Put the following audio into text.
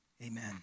Amen